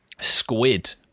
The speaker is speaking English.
squid